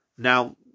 Now